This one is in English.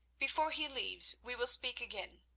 before he leaves, we will speak again.